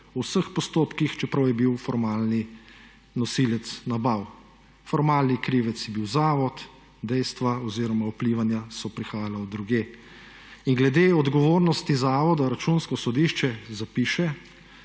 vseh postopkih, čeprav je bil formalni nosilec nabav. Formalni krivec je bil zavod, dejstva oziroma vplivanja so prihajala od drugje. Glede odgovornosti zavoda Računsko sodišče zapiše,